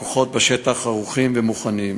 הכוחות בשטח ערוכים ומוכנים.